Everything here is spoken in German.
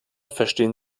verstehen